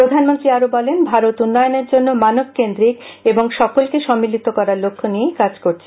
প্রধানমন্ত্রী আরও বলেন ভারত উন্নয়নের জন্য মানব কেন্দ্রিক এবং সকলকে সম্মিলিত করার লক্ষ্য নিয়েই কাজ করছে